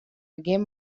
begjin